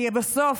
כי בסוף,